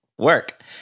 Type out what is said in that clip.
Work